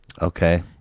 okay